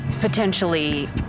potentially